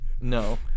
No